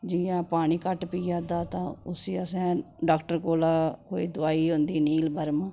जियां पानी घट्ट पियै दा तां उसी असें डाक्टर कोला कोई दुआई होंदी नीलबरम